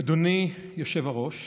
היושב-ראש,